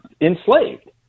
enslaved